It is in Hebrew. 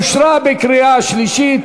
אושרה בקריאה שלישית.